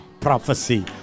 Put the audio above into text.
prophecy